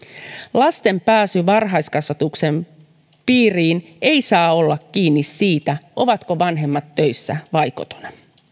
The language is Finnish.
lasten pääsy varhaiskasvatuksen piiriin ei saa olla kiinni siitä ovatko vanhemmat töissä vai kotona